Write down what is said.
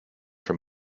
from